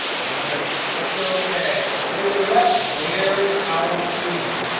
now, i'm going to click ok. hey, look at that. there's our preview.